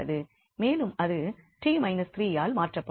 மேலும் அது 𝑡 − 3 ஆல் மாற்றப்படும்